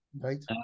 Right